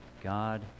God